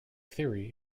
theory